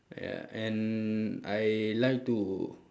ya and I like to